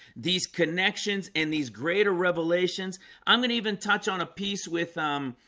these connections and these greater revelations i'm gonna even touch on a piece with um,